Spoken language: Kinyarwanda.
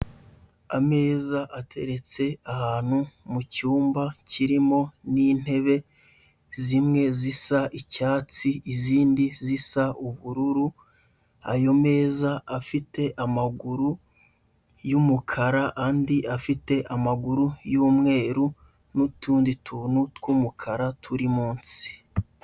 Ameza ateretse ahantu mu cyumba kirimo n'intebe, zimwe zisa icyatsi, izindi zisa ubururu, ayo meza afite amaguru y'umukara, andi afite amaguru y'umweru, n'utundi tuntu tw'umukara turi munsi.